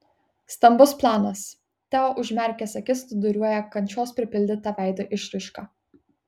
stambus planas teo užmerkęs akis snūduriuoja kančios pripildyta veido išraiška